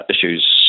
issues